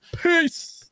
Peace